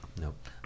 Nope